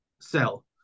sell